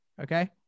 Okay